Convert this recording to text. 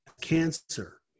cancer